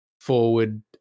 forward